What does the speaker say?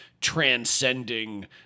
transcending